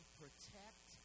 protect